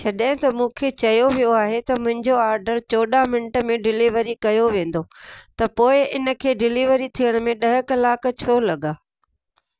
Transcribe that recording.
जॾहिं त मूंखे चयो वियो आहे त मुहिंजो ऑर्डर चोॾहं मिंट में डिलीवरी कयो वेंदो त पोइ इनखे डिलीवरी थियण में ॾह कलाक छो लॻा